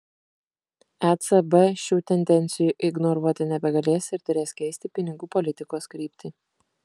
ecb šių tendencijų ignoruoti nebegalės ir turės keisti pinigų politikos kryptį